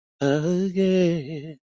again